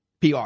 PR